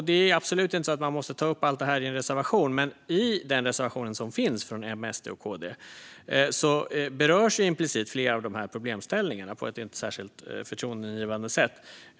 Det är absolut inte så att man måste ta upp allt det här i en reservation, men i den reservation som finns från M, SD och KD berörs implicit flera av de här problemställningarna på ett inte särskilt förtroendeingivande sätt.